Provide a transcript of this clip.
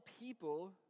people